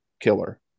killer